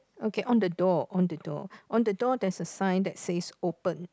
okay on the door on the door on the door there's a sign that says open